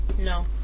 No